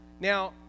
Now